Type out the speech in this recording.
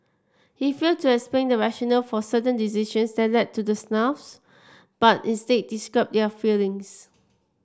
he failed to explain the rationale for certain decisions that led to the snafus but instead described their failings